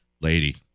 lady